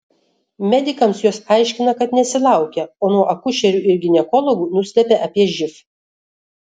medikams jos aiškina kad nesilaukia o nuo akušerių ir ginekologų nuslepia apie živ